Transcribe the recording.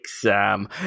Sam